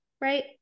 right